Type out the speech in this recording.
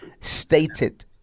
stated